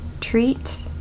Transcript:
Treat